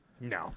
no